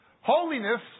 Holiness